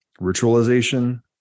ritualization